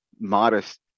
modest